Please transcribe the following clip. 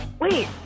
Wait